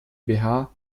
gmbh